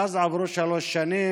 מאז עברו שלוש שנים.